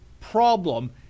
problem